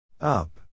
Up